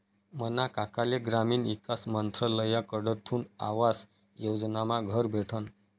मना काकाले ग्रामीण ईकास मंत्रालयकडथून आवास योजनामा घर भेटनं